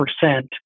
percent